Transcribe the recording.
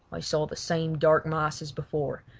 i saw the same dark mass as before,